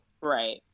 right